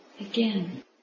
again